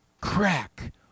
crack